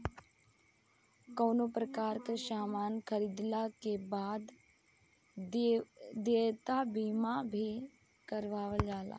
कवनो प्रकार के सामान खरीदला के बाद देयता बीमा भी करावल जाला